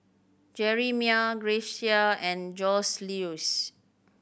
Jerimiah Grecia and Joseluis